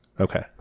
Okay